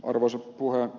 arvoisa puhemies